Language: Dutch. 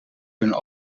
kunnen